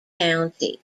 county